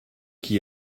qui